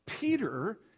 Peter